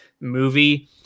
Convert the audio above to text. movie